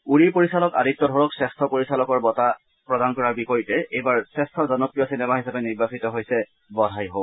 উৰিৰ পৰিচালক আদিত্য ধৰক শ্ৰেষ্ঠ পৰিচালকৰ বঁটা প্ৰদান কৰাৰ বিপৰীতে এইবাৰ শ্ৰেষ্ঠ জনপ্ৰিয় চিনেমা হিচাপে নিৰ্বাচিত হৈছে বধাই হো